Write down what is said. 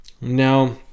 Now